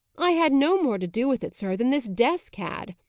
i had no more to do with it, sir, than this desk had,